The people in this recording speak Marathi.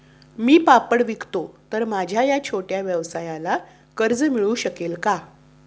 मी पापड विकतो तर माझ्या या छोट्या व्यवसायाला कर्ज मिळू शकेल का?